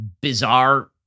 bizarre